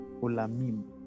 olamim